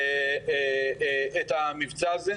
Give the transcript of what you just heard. את המבצע הזה.